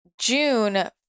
June